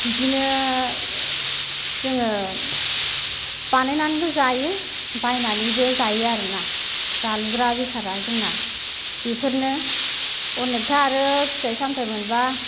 बिदिनो जोङो बानायनानैबो जायो बायनानैबो जायो आरोना जालुग्रा बेसादा जोंना बेफोरनो अनेकथा आरो फिथाइ सामथाय मोनबा